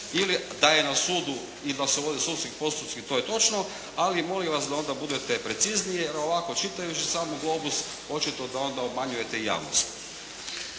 ili, da je na sudu i da se vode sudski postupci to je točno, ali molim vas da onda budete precizniji jer ovako čitajući samo "Globus" očito da onda obmanjujete javnost.